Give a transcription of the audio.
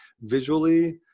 visually